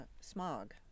smog